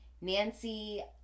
Nancy